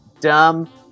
Dumb